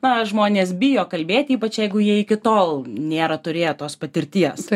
na žmonės bijo kalbėti ypač jeigu jie iki tol nėra turėję tos patirties